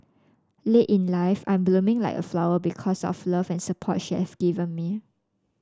late in life I am blooming like a flower because of the love and support she have given me